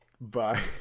Bye